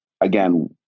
Again